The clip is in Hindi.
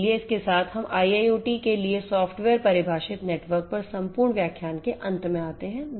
इसलिए इसके साथ हम IIoT के लिए सॉफ्टवेयर परिभाषित नेटवर्क पर संपूर्ण व्याख्यान के अंत में आते हैं